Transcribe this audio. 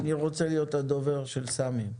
אני רוצה להיות הדובר של סמי.